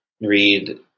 read